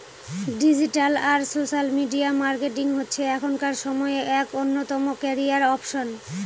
digital আর social media marketing হচ্ছে এখনকার সময়ে এক অন্যতম ক্যারিয়ার অপসন